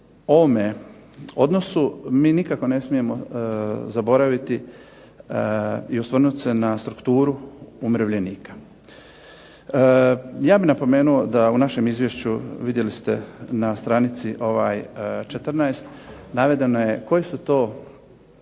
ovome odnosu mi nikako ne smijemo zaboraviti i osvrnut se na strukturu umirovljenika. Ja bih napomenuo da u našem izvješću vidjeli ste na stranici 14 navedeno je koji su to